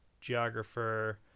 geographer